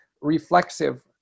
reflexive